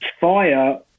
fire